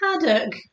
haddock